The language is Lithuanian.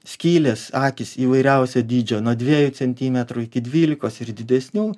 skylės akys įvairiausio dydžio nuo dviejų centimetrų iki dvylikos ir didesnių